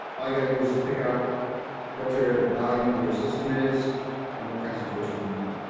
all you gotta do is just pick out what your volume of your system is and what concentration you want.